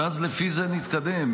ולפי זה נתקדם.